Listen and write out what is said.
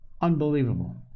unbelievable